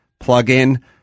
plug-in